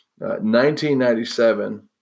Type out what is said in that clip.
1997